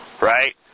right